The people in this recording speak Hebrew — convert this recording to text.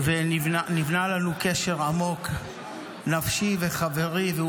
ונבנה לנו קשר נפשי וחברי עמוק.